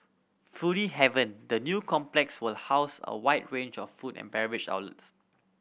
foodie haven the new complex will house a wide range of food and beverage outlets